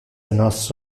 nos